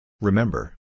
Remember